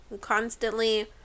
Constantly